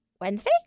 Wednesday